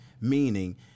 Meaning